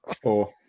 four